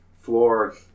floor